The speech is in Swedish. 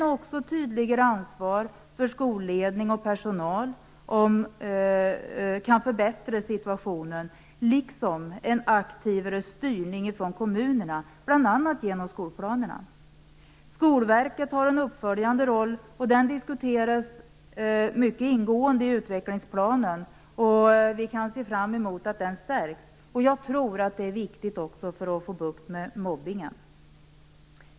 Men också ett tydligare ansvar för skolledning och personal kan förbättra situationen, liksom en aktivare styrning från kommunerna, bl.a. genom skolplanerna. Skolverket har en uppföljande roll. Den rollen diskuteras mycket ingående i utvecklingsplanen och vi kan se fram emot att den stärks. Jag tror att det är viktigt också för att få bukt med mobbningen.